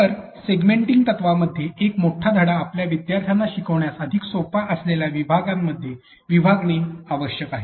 तर आपण सेगमेंटिंग तत्त्वांमध्ये एक मोठा धडा आपल्या विद्यार्थ्यांना शिकण्यास अधिक सोपा असलेल्या छोट्या विभागांमध्ये विभागणे आवश्यक आहे